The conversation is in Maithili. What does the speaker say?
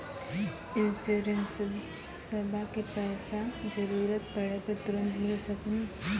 इंश्योरेंसबा के पैसा जरूरत पड़े पे तुरंत मिल सकनी?